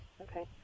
okay